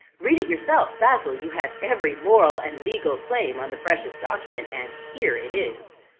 read it yourself basil you have every moral and legal claim on the precious document and here it is.